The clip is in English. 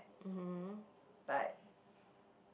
but